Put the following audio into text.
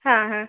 ಹಾಂ ಹಾಂ